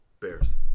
Bears